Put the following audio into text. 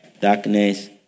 Darkness